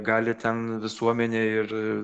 gali ten visuomenę ir